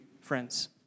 friends